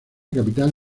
capital